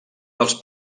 dels